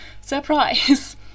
Surprise